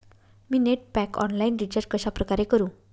मी net pack online recharge कशाप्रकारे करु?